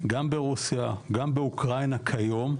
גם ברוסיה, גם באוקרינה כיום,